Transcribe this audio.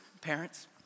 parents